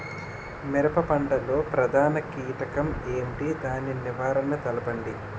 మిరప పంట లో ప్రధాన కీటకం ఏంటి? దాని నివారణ తెలపండి?